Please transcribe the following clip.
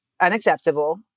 unacceptable